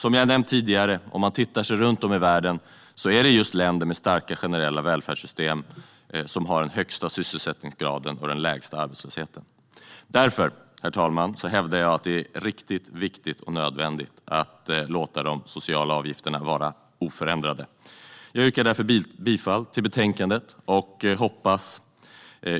Om man tittar sig runt om i världen är det, som jag har nämnt tidigare, just länder med starka generella välfärdssystem som har den högsta sysselsättningsgraden och den lägsta arbetslösheten. Därför hävdar jag att det är riktigt, viktigt och nödvändigt att låta socialavgifterna vara oförändrade. Jag yrkar därför bifall till förslaget i betänkandet.